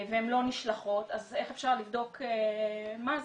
הבדיקות לא נשלחות, אז איך אפשר לבדוק מה זה?